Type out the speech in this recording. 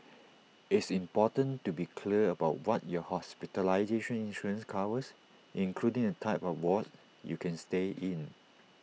it's important to be clear about what your hospitalization insurance covers including the type of wards you can stay in